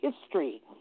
history